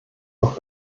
doch